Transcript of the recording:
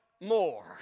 more